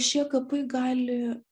šie kapai gali